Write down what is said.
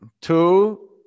Two